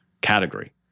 category